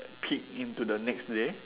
peek into the next day